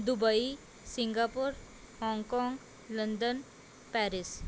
Dubai Singapore Hong Kong London Paris